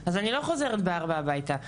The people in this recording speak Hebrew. אז אני לא חוזרת ב-16:00 הביתה.